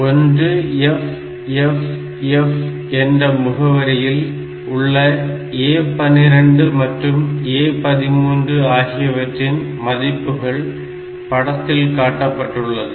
1FFF என்ற முகவரியில் உள்ள A12 மற்றும் A13 ஆகியவற்றின் மதிப்புகள் படத்தில் காட்டப்பட்டுள்ளது